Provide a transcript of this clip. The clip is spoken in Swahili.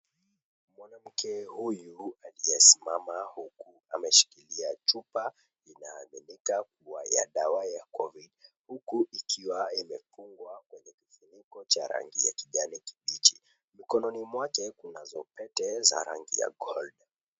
Mwanamke huyu aliyesimama huku ameshikilia chupa inayoonekana kuwa ya dawa ya Covid huku ikiwa imefungwa kwenye kifuniko cha rangi ya kijani kibichi. Mikononi mwake kunazo pete za rangi ya gold .